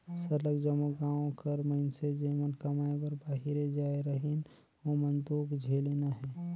सरलग जम्मो गाँव कर मइनसे जेमन कमाए बर बाहिरे जाए रहिन ओमन दुख झेलिन अहें